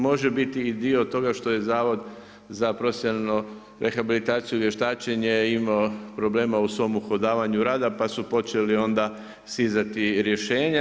Može biti i dio toga što je zavod za profesionalnu rehabilitaciju i vještačenje imao problema u svom uhodavanju rada, pa su počeli onda stizati rješenja.